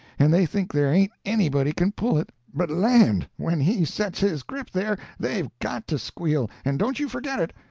and they think there ain't anybody can pull it but, land! when he sets his grip there they've got to squeal, and don't you forget it.